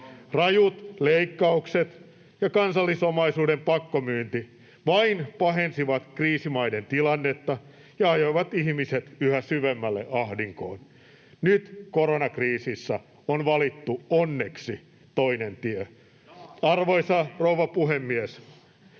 Rajut leikkaukset ja kansallisomaisuuden pakkomyynti vain pahensivat kriisimaiden tilannetta ja ajoivat ihmiset yhä syvemmälle ahdinkoon. Nyt koronakriisissä on valittu onneksi toinen tie. Arvoisa rouva puhemies!